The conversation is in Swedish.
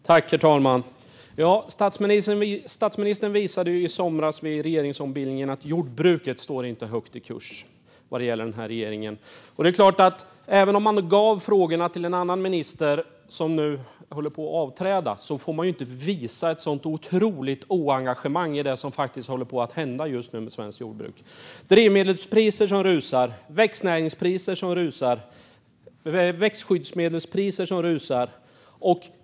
Herr talman! Statsministern visade i somras vid regeringsombildningen att jordbruket inte står högt i kurs för regeringen. Även om man gav frågorna till en annan minister, som nu håller på att frånträda, får man inte visa ett sådant otroligt oengagemang i det som faktiskt håller på att hända just nu med svenskt jordbruk. Det är drivmedelspriser som rusar, växtnäringspriser som rusar och växtskyddsmedelspriser som rusar.